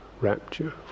rapture